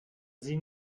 sie